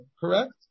correct